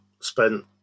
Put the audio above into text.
spent